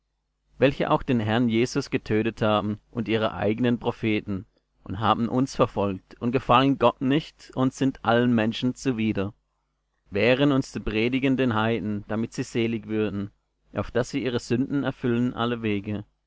welche auch den herrn jesus getötet haben und ihre eigenen propheten und haben uns verfolgt und gefallen gott nicht und sind allen menschen zuwider wehren uns zu predigen den heiden damit sie selig würden auf daß sie ihre sünden erfüllen allewege